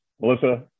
Melissa